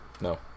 No